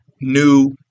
new